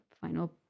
final